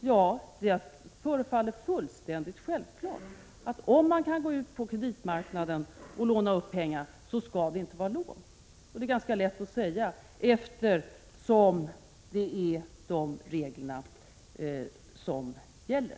Ja, det förefaller fullständigt självklart, att om man kan gå ut på kreditmarknaden och låna upp pengar, skall det inte beviljas några lån. Det är ganska lätt att säga det, eftersom det är de reglerna som gäller.